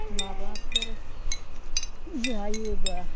माबाफोर जायोबा